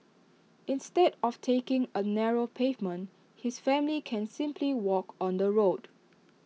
instead of taking A narrow pavement his family can simply walk on the road